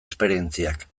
esperientziak